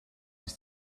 his